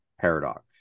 paradox